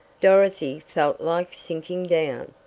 dorothy felt like sinking down.